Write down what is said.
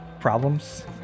Problems